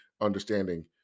understanding